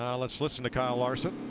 and let's listen to kyle larson.